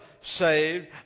saved